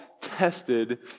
tested